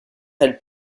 elles